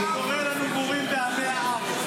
הוא קורא לנו בורים ועמי הארץ,